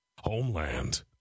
Homeland